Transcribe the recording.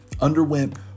underwent